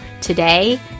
today